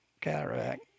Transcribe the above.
cataract